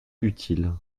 utile